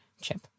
chip